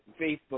Facebook